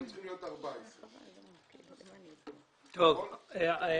הם עכשיו צריכים להיות 14. איתן,